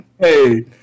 Hey